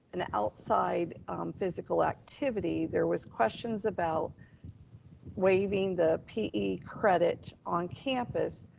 an outside physical activity, there was questions about waiving the pe credit on campus.